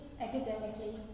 academically